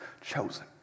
chosen